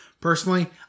Personally